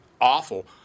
awful